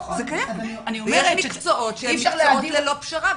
יש מקצועות שהם מקצועות ללא פשרה,